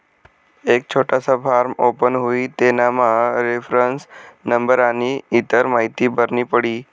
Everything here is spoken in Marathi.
एक छोटासा फॉर्म ओपन हुई तेनामा रेफरन्स नंबर आनी इतर माहीती भरनी पडी